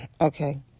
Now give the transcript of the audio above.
Okay